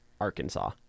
Arkansas